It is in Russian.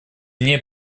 мне